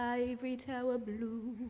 ivory tower blues.